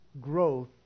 growth